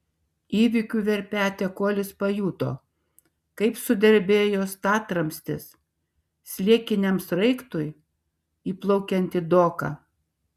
įvykių verpete kolis pajuto kaip sudrebėjo statramstis sliekiniam sraigtui įplaukiant į doką